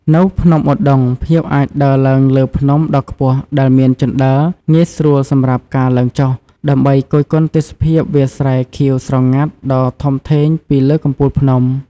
នៅភ្នំឧដុង្គ ភ្ញៀវអាចដើរឡើងលើភ្នំដ៏ខ្ពស់ដែលមានជណ្ដើរងាយស្រួលសម្រាប់ការឡើងចុះ ដើម្បីគយគន់ទេសភាពវាលស្រែខៀវស្រងាត់ដ៏ធំធេងពីលើកំពូលភ្នំ។